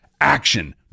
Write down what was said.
action